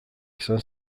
izan